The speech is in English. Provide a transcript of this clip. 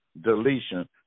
deletion